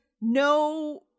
no